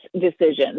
decisions